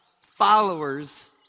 followers